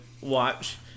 watch